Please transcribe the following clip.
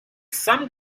some